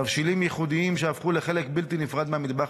תבשילים ייחודיים שהפכו לחלק בלתי נפרד מהמטבח